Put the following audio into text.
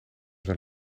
zijn